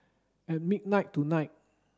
at midnight tonight